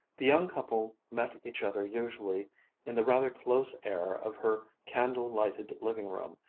the young couple met each other usually in the rather close air of her candle-lighted living-room,